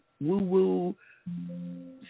woo-woo